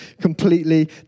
completely